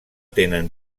tenen